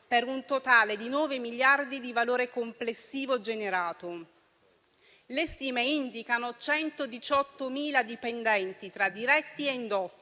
per un totale di nove miliardi di valore complessivo generato. Le stime indicano 118.000 dipendenti tra diretti e indotto